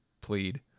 plead